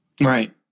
Right